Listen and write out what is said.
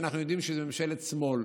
שאנחנו יודעים שזה ממשלת שמאל.